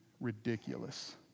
ridiculous